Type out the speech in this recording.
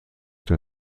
der